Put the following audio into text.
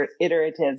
iterative